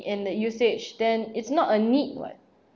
in the usage then it's not a need [what]